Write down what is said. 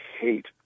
hate